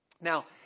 Now